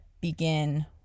begin